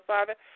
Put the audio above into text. Father